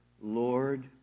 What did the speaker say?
Lord